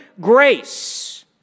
grace